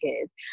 kids